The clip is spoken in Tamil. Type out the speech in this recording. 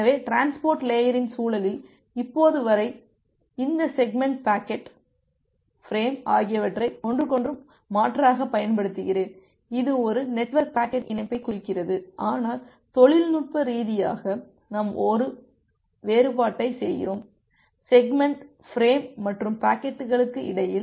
எனவே டிரான்ஸ்போர்ட் லேயரின் சூழலில் இப்போது வரை இந்த செக்மெண்ட் பாக்கெட் பிரேம் ஆகியவற்றை ஒன்றுக்கொன்று மாற்றாகப் பயன்படுத்துகிறேன் இது ஒரு நெட்வொர்க் பாக்கெட் இணைப்பைக் குறிக்கிறது ஆனால் தொழில்நுட்ப ரீதியாக நாம் ஒரு வேறுபாட்டைச் செய்கிறோம் செக்மெண்ட் பிரேம் மற்றும் பாக்கெட்டுகளுக்கு இடையில்